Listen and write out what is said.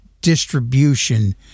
distribution